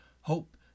hope